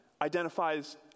identifies